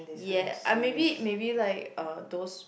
yeah I maybe maybe like uh those